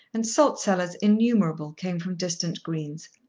and salt-cellars innumerable came from distant greens.